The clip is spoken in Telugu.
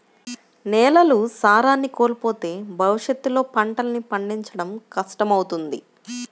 నేలలు సారాన్ని కోల్పోతే భవిష్యత్తులో పంటల్ని పండించడం కష్టమవుతుంది